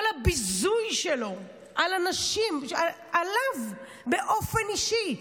כל הביזוי שלו, עליו באופן אישי.